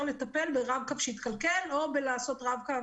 לטפל ברב-קו שהתקלקל או לעשות רב-קו,